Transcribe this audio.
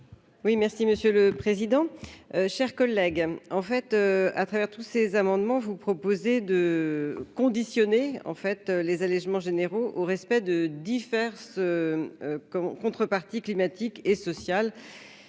merci Monsieur le Président, chers collègues, en fait, à travers tous ces amendements, vous proposez de conditionner en fait les allégements généraux au respect de diverses qu'en contrepartie climatique et sociale